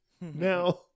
Now